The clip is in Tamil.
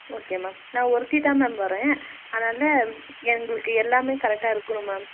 ஓகே மேம் நான் ஒருத்தி தான் மேம் வர்றேன் அதனால் எங்களுக்கு எல்லாமே கரெக்டாக இருக்கணும் மேம்